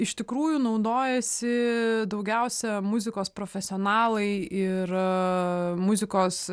iš tikrųjų naudojasi daugiausiai muzikos profesionalai ir muzikos